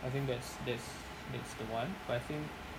I think that's that's that's the one but I feel